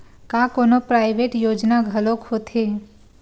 का कोनो प्राइवेट योजना घलोक होथे?